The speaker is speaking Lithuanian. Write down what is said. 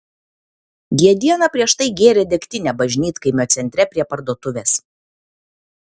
jie dieną prieš tai gėrė degtinę bažnytkaimio centre prie parduotuvės